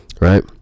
right